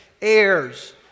heirs